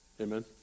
Amen